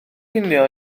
cinio